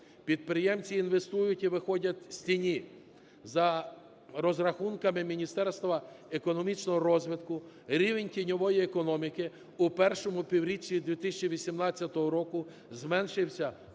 Підприємці інвестують і виходять з тіні. За розрахунками Міністерства економічного розвитку, рівень тіньової економіки у першому півріччі 2018 року зменшився